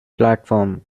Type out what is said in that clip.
platform